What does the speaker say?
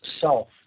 self